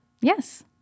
Yes